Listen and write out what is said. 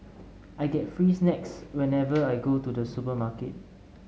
I get free snacks whenever I go to the supermarket